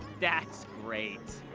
that's great.